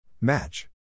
Match